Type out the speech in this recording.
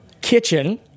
kitchen